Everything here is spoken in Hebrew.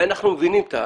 ואנחנו מבינים.